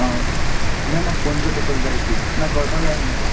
आं मागीर म्हाका फोन कर तेका कसली जाय ती ना कळपा जाय न्हू